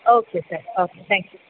okay sir okay thank you